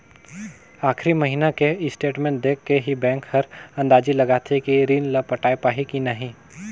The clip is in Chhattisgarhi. आखरी महिना के स्टेटमेंट देख के ही बैंक हर अंदाजी लगाथे कि रीन ल पटाय पाही की नही